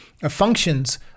functions